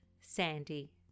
sandy